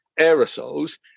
aerosols